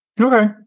Okay